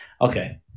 okay